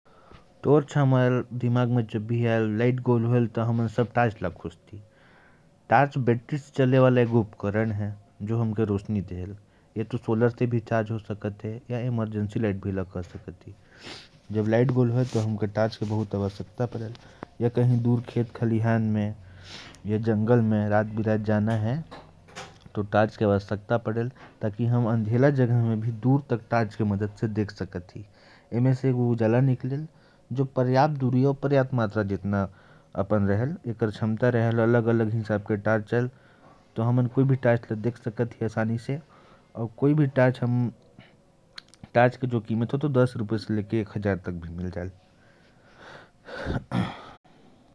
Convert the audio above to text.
टॉर्च सुनते ही हमारे दिमाग में आता है कि यह बैटरी से चलने वाली चीज है। लाइट न हो तो टॉर्च की बहुत जरूरत पड़ती है। खेत-खलिहान में रात-बिरात जाना हो, तो टॉर्च बहुत काम आती है। इससे पर्याप्त मात्रा में रोशनी निकलती है और एक अच्छी दूरी तक जाती है। और इसकी कीमत दस रुपए से लेकर एक हजार रुपए तक होती है।